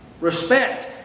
respect